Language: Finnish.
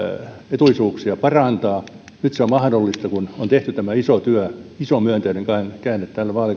etuisuuksia parantaa nyt se on mahdollista kun on tehty tämä iso työ iso myönteinen käänne tällä vaalikaudella itse arvostan sitä